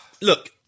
Look